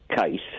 case